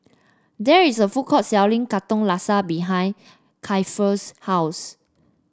there is a food court selling Katong Laksa behind Keifer's house